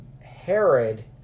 Herod